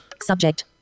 Subject